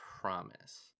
promise